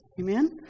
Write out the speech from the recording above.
Amen